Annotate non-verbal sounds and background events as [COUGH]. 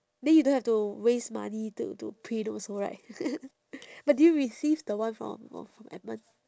then you don't have to waste money to to print also right [NOISE] but did you receive the one from uh from edmund